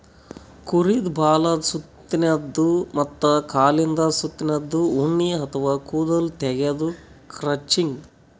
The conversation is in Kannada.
ಕುರಿದ್ ಬಾಲದ್ ಸುತ್ತಿನ್ದ ಮತ್ತ್ ಕಾಲಿಂದ್ ಸುತ್ತಿನ್ದ ಉಣ್ಣಿ ಅಥವಾ ಕೂದಲ್ ತೆಗ್ಯದೆ ಕ್ರಚಿಂಗ್